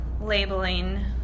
labeling